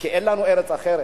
כי אין לנו ארץ אחרת.